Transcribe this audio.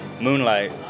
moonlight